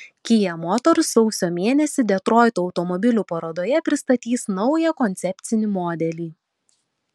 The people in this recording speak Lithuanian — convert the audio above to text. kia motors sausio mėnesį detroito automobilių parodoje pristatys naują koncepcinį modelį